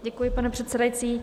Děkuji, pane předsedající.